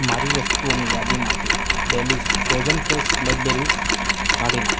મારી વસ્તુઓની યાદીમાંથી ડેલીશ ફ્રોઝન ફ્રેશ બ્લેકબેરીઝ કાઢી નાંખો